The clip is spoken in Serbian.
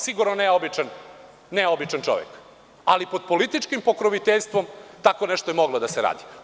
Sigurno ne običan čovek, ali pod političkim pokroviteljstvom tako je nešto moglo da se radi.